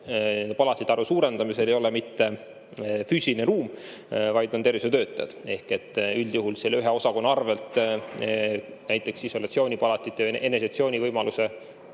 palatite arvu suurendamisel mitte füüsiline ruum, vaid on tervishoiutöötajad. Ehk üldjuhul selle ühe osakonna arvel näiteks isolatsioonipalatite, eneseisolatsiooni võimaluse